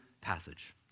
passage